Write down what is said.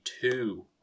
two